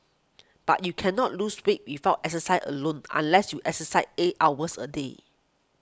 but you cannot lose weight without exercise alone unless you exercise eight hours a day